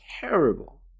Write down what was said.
terrible